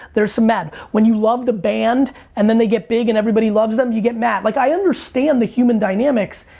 there's some mad. when you love the band and then they get big and everybody loves them, you get mad. like i understand the human dynamics,